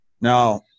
Now